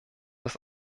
das